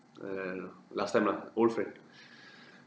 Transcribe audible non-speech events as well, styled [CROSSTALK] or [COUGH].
uh last time lah old friend [BREATH]